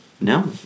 No